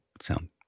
sound